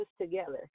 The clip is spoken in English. together